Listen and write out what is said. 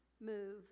move